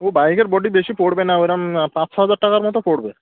ও বাইকের বডি বেশি পড়বে না ওরকম পাঁচ ছ হাজার টাকার মতো পড়বে